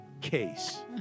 case